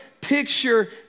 picture